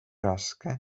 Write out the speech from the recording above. raske